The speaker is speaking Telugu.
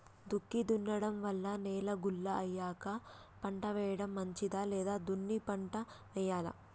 దుక్కి దున్నడం వల్ల నేల గుల్ల అయ్యాక పంట వేయడం మంచిదా లేదా దున్ని పంట వెయ్యాలా?